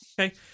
Okay